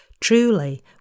truly